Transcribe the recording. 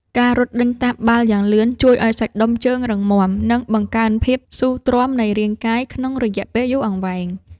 ការរត់ដេញតាមបាល់យ៉ាងលឿនជួយឱ្យសាច់ដុំជើងរឹងមាំ និងបង្កើនភាពស៊ូទ្រាំនៃរាងកាយក្នុងរយៈពេលយូរអង្វែង។